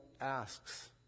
asks